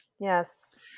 Yes